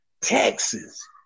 Texas